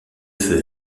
feu